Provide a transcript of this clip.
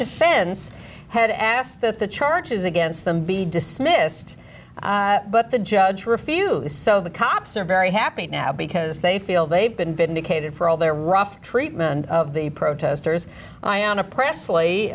defense had asked that the charges against them be dismissed but the judge five refused so the cops are very happy now because they feel they've been vindicated for all their rough treatment of the protestors ionic pressley